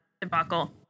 debacle